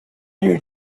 you